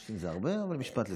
עוד קצת זה הרבה, אבל משפט לסיום.